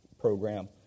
program